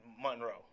Monroe